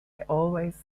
always